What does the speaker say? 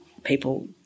people